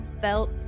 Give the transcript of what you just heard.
felt